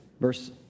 verse